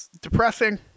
depressing